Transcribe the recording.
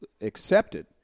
accepted